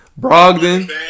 Brogdon